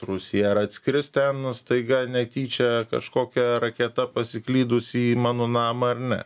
rusija ar atskris ten staiga netyčia kažkokia raketa pasiklydusi į mano namą ar ne